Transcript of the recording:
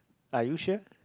are you sure